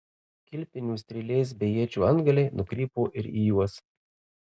kilpinių strėlės bei iečių antgaliai nukrypo ir į juos